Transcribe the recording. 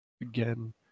again